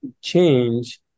change